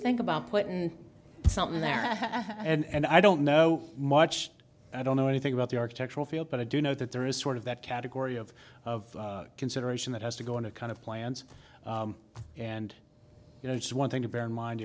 think about putting something there and i don't know much i don't know anything about the architectural field but i do know that there is sort of that category of of consideration that has to go in a kind of plans and you know it's one thing to bear in mind